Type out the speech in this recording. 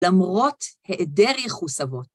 למרות העדר יחוס אבות.